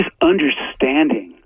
understanding